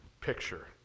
picture